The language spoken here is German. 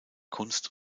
kunst